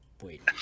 Wait